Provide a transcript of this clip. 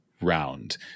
round